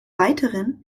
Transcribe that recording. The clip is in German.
weiteren